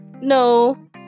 No